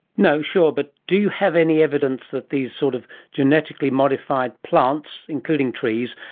no, sure, but do you have any evidence that these sort of genetically modified plants, including trees,